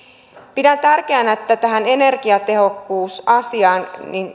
pidän tärkeänä että tässä energiatehokkuusasiassa